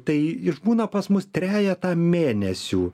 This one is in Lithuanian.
tai išbūna pas mus trejetą mėnesių